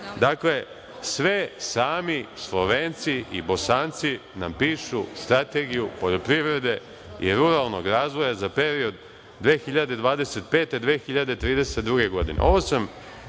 sve sami Slovenci i Bosanci nam pišu strategiju poljoprivrede i ruralnog razvoja za period 2025-2032. godine.